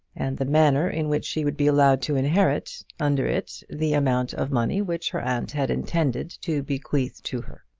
and the manner in which she would be allowed to inherit under it the amount of money which her aunt had intended to bequeath to her.